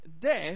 death